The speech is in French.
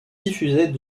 diffusées